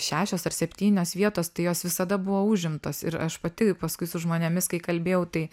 šešios ar septynios vietos tai jos visada buvo užimtos ir aš pati paskui su žmonėmis kai kalbėjau tai